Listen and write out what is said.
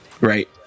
right